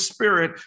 Spirit